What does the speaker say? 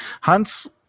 Hans